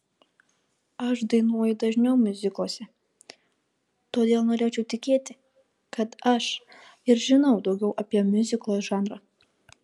aš dainuoju dažniau miuzikluose todėl norėčiau tikėti kad aš ir žinau daugiau apie miuziklo žanrą